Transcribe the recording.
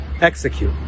execute